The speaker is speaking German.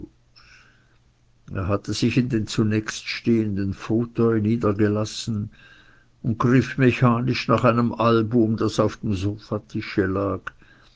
er hatte sich in den zunächststehenden fauteuil niedergelassen und griff mechanisch nach einem album das auf dem sofatische lag